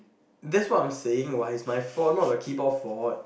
that's what I'm saying what it's my fault not the keyboard fault